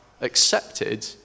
accepted